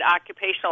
occupational